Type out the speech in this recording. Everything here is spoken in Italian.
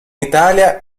italia